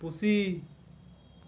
ᱯᱩᱥᱤ